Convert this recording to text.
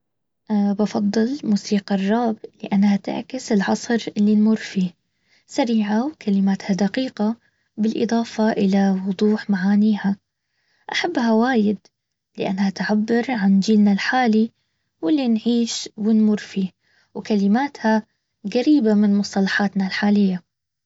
بفضل موسيقى الرعب لانها تعكس العصر اللي نمر فيه سريعة وكلماتها دقيقة بالاضافة الى وضوح معانيها احبها وايد لانها تعبر عن جيلنا الحالي واللي نعيش ونمر فيه وكلماتها قريبة من مصطلحاتنا الحالية